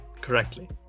correctly